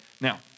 Now